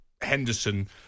Henderson